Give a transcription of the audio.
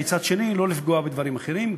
ומצד שני לא לפגוע בדברים אחרים.